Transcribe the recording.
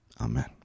amen